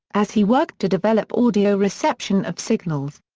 as he worked to develop audio reception of signals.